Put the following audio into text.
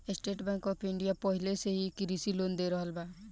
estate Bank of India पाहिले से ही कृषि लोन दे रहल बा